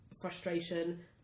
frustration